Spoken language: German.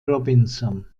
robinson